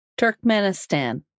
Turkmenistan